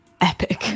Epic